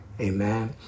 Amen